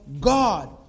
God